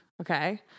Okay